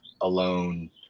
alone